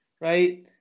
right